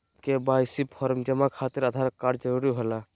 KYC form जमा खातिर Aadhaar card जरूरी होला?